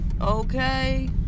Okay